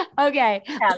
okay